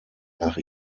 nach